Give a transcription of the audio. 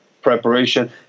preparation